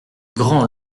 grand